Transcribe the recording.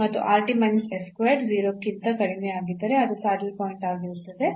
ಮತ್ತು 0 ಗಿಂತ ಕಡಿಮೆಯಾಗಿದ್ದರೆ ಅದು ಸ್ಯಾಡಲ್ ಪಾಯಿಂಟ್ ಆಗಿರುತ್ತದೆ